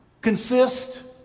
consist